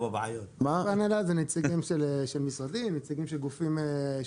חברי ההנהלה הם נציגים של משרדים ונציגים של גופים.